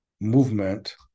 movement